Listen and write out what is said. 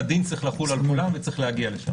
הדין צריך לחול על כולם וצריך להגיע לשם.